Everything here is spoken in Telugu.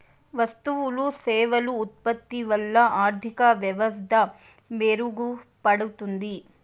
వస్తువులు సేవలు ఉత్పత్తి వల్ల ఆర్థిక వ్యవస్థ మెరుగుపడుతుంది